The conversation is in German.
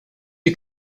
die